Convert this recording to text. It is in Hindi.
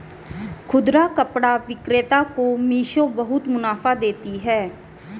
खुदरा कपड़ा विक्रेता को मिशो बहुत मुनाफा देती है